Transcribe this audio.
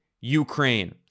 Ukraine